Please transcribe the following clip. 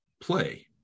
play